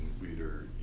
leader